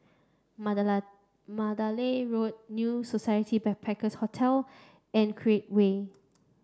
Mandala Mandalay Road New Society Backpackers Hotel and Create Way